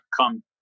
come